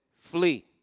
flee